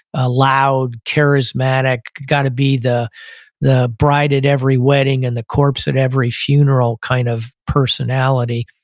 ah loud, charismatic, got to be the the bride at every wedding and the corpse at every funeral kind of personality.